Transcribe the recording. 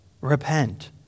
repent